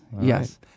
yes